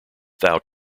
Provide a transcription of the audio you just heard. thou